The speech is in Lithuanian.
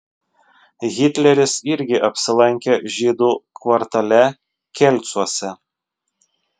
hitleris irgi apsilankė žydų kvartale kelcuose